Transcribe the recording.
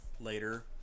later